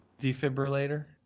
defibrillator